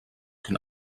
can